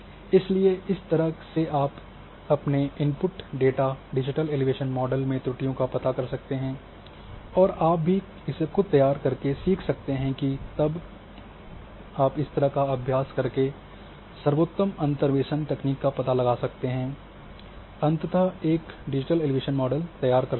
इसलिए इस तरह से आप अपने input data digital elevation model में त्रुटियों का पता कर सकते हैं और आप भी इसे ख़ुद तैयार करके सीख सकते हैं तब आप इस तरह का अभ्यास करके आप सर्वोत्तम अंतर्वेसन तकनीक का पता लगा सकते हैं और अंततः एक डिजिटल एलिवेशन मॉडल तैयार कर सकते हैं